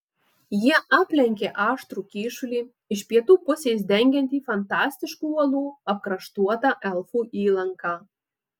jie aplenkė aštrų kyšulį iš pietų pusės dengiantį fantastiškų uolų apkraštuotą elfų įlanką